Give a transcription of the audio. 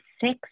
six